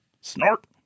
snort